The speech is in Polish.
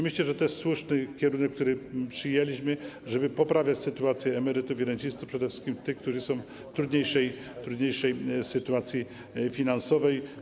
Myślę, że to jest słuszny kierunek, który przyjęliśmy, żeby poprawiać sytuację emerytów i rencistów, przede wszystkich tych, którzy są w trudniejszej sytuacji finansowej.